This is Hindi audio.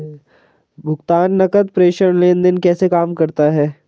भुगतान नकद प्रेषण लेनदेन कैसे काम करता है?